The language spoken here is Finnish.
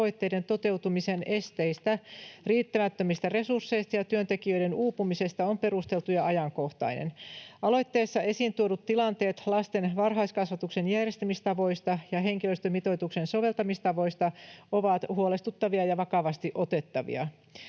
tavoitteiden toteutumisen esteistä, riittämättömistä resursseista ja työntekijöiden uupumisesta on perusteltu ja ajankohtainen. Aloitteessa esiin tuodut tilanteet lasten varhaiskasvatuksen järjestämistavoista ja henkilöstömitoituksen soveltamistavoista ovat huolestuttavia ja vakavasti otettavia.